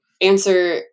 answer